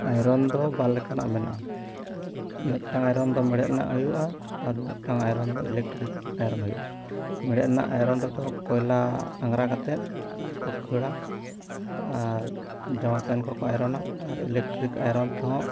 iron ᱫᱚ ᱵᱟᱨ ᱞᱮᱠᱟᱱᱟᱜ ᱢᱮᱱᱟᱜᱼᱟ ᱢᱤᱴᱟᱝ ᱟᱭᱨᱚᱱ ᱫᱚ ᱢᱮᱲᱦᱮᱫ ᱨᱮᱱᱟᱜ ᱦᱩᱭᱩᱜᱼᱟ ᱟᱨ ᱢᱤᱫᱴᱟᱝ ᱟᱭᱨᱚᱱ ᱫᱚ ᱤᱞᱮᱠᱴᱨᱤᱠ ᱟᱭᱨᱚᱱ ᱦᱩᱭᱩᱜᱼᱟ ᱢᱮᱲᱦᱮᱫ ᱨᱮᱱᱟᱜ ᱟᱭᱨᱚᱱ ᱨᱮᱫᱚ ᱠᱚᱭᱞᱟ ᱟᱸᱜᱽᱨᱟ ᱠᱟᱛᱮᱫ ᱠᱚ ᱠᱷᱟᱹᱲᱟ ᱟᱨ ᱡᱟᱢᱟ ᱯᱮᱱᱴ ᱠᱚ ᱠᱚ ᱟᱭᱨᱚᱱᱟ ᱟᱨ ᱤᱞᱮᱠᱴᱨᱤᱠ ᱟᱭᱨᱚᱱ ᱛᱮᱦᱚᱸ